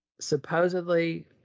Supposedly